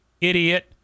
idiot